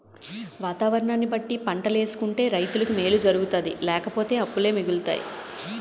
వాతావరణాన్ని బట్టి పంటలేసుకుంటే రైతులకి మేలు జరుగుతాది లేపోతే అప్పులే మిగులుతాయి